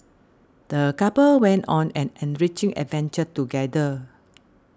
the couple went on an enriching adventure together